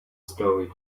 story